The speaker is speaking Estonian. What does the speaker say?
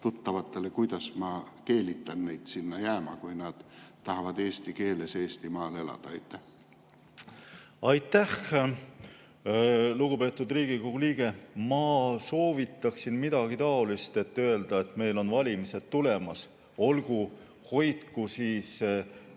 ütlema? Kuidas ma keelitan neid sinna jääma, kui nad tahavad eesti keeles Eestimaal elada? Aitäh! Lugupeetud Riigikogu liige, ma soovitaksin midagi taolist öelda, et meil on valimised tulemas, hoidku nad